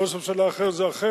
ואם זה ראש ממשלה אחר זה אחרת.